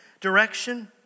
direction